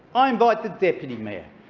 i invite the deputy mayor,